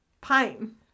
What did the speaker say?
pine